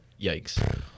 Yikes